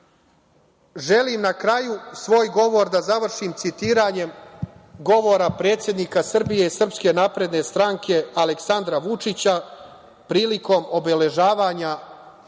Želim na kraju svoj govor da završim citiranjem govora predsednika Srbije i Srpske napredne stranke Aleksandra Vučića prilikom obeležavanja